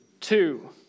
Two